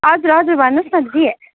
हजुर हजुर भन्नुहोस् न दिदी